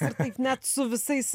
kartais net su visais